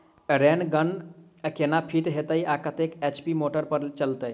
Rain gun केना fit हेतइ आ कतेक एच.पी मोटर पर चलतै?